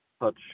touch